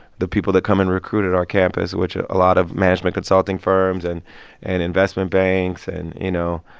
the people that come and recruited our campus, which a lot of management consulting firms and and investment banks and, you know,